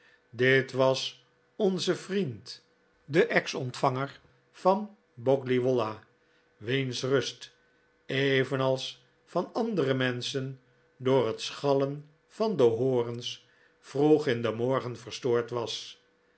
dit was onze vriend de ex ontvanger van boggley wollah wiens rust evenals van andere menschen door het schallen van de hoorns vroeg in den morgen verstoord was